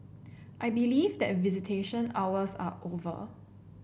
I believe that visitation hours are over